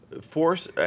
Force